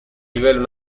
livello